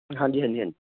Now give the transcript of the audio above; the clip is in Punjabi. ਹਾਂਜੀ ਹਾਂਜੀ ਹਾਂਜੀ